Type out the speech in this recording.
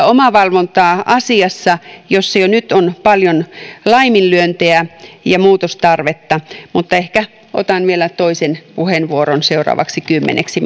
omavalvontaa asiassa jossa jo nyt on paljon laiminlyöntejä ja muutostarvetta mutta ehkä otan vielä toisen puheenvuoron seuraavaksi kymmeneksi